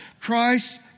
Christ